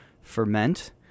ferment